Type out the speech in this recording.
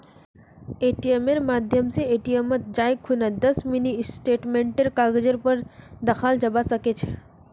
एटीएमेर माध्यम स एटीएमत जाई खूना दस मिनी स्टेटमेंटेर कागजेर पर दखाल जाबा सके छे